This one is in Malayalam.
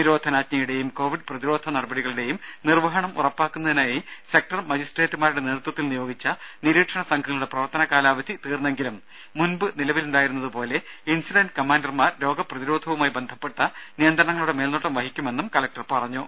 നിരോധനാജ്ഞയുടെയും കോവിഡ് പ്രതിരോധ നടപടികളുടെയും നിർവഹണം ഉറപ്പാക്കുന്നതിനായി സെക്ടർ മജിസ്ട്രേറ്റുമാരുടെ നേതൃത്വത്തിൽ നിയോഗിച്ച നിരീക്ഷണ സംഘങ്ങളുടെ പ്രവർത്തന കാലാവധി തീർന്നെങ്കിലും മുൻപ് നിലവിലുണ്ടായിരുന്നതുപോലെ ഇൻസിഡന്റ് കമാൻഡർമാർ രോഗപ്രതിരോധവുമായി ബന്ധപ്പെട്ട നിയന്ത്രണങ്ങളുടെ മേൽനോട്ടം നിർവഹിക്കുമെന്നും കലക്ടർ പറഞ്ഞു